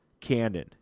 canon